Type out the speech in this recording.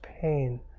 pain